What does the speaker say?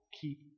keep